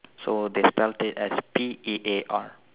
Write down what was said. so they spelt it as P E A R